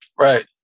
right